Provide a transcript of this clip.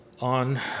on